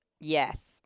Yes